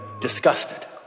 disgusted